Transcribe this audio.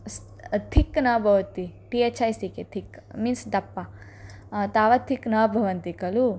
स् थिक् न भवति T H I C K thick means दप्पा तावत् थिक् न भवन्ति खलु